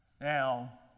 Now